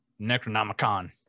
Necronomicon